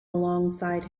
alongside